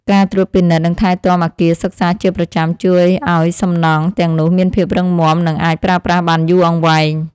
ការត្រួតពិនិត្យនិងថែទាំអគារសិក្សាជាប្រចាំជួយឱ្យសំណង់ទាំងនោះមានភាពរឹងមាំ និងអាចប្រើប្រាស់បានយូរអង្វែង។